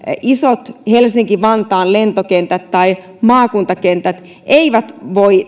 iso helsinki vantaan lentokenttä tai maakuntakentät eivät voi